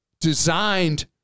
designed